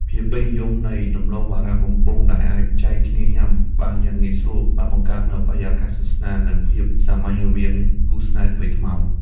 ភាពពេញនិយមនៃដំឡូងបារាំងបំពង ដែលអាចចែកគ្នាញ៉ាំបានយ៉ាងងាយស្រួល បានបង្កើតនូវបរិយាកាសស្និទ្ធស្នាល និងភាពសាមញ្ញរវាងគូស្នេហ៍ថ្មីថ្មោង។